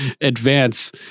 advance